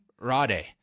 Rade